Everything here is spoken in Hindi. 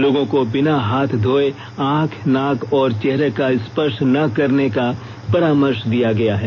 लोगों को बिना हाथ घोये आंख नाक और चेहरे का स्पर्श न करने का परामर्श दिया गया है